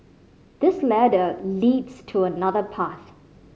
this ladder leads to another path